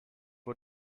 uhr